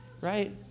right